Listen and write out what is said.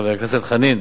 חבר הכנסת חנין.